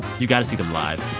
you got to see them live.